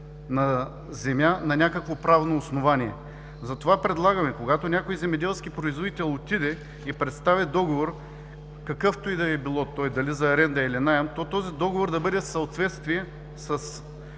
на земя на някакво правно основание. Затова предлагаме, когато някой земеделски производител отиде и представи договор, какъвто и да е той – дали за аренда, или наем, този договор да бъде в съответствие с